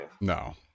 no